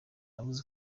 yavuze